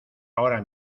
ahora